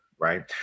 right